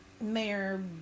Mayor